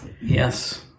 Yes